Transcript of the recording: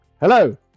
Hello